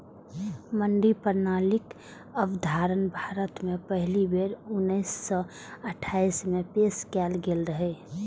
मंडी प्रणालीक अवधारणा भारत मे पहिल बेर उन्नैस सय अट्ठाइस मे पेश कैल गेल रहै